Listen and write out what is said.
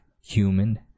human